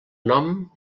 nom